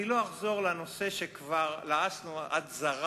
אני לא אחזור לנושא שכבר לעסנו עד זרא